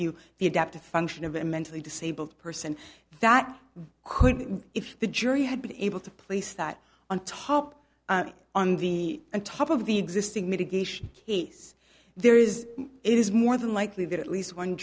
you the adaptive function of a mentally disabled person that could if the jury had been able to place that on top on the top of the existing mitigation case there is it is more than likely that at least one